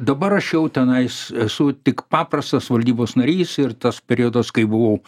dabar aš jau tenais esu tik paprastas valdybos narys ir tas periodas kai buvau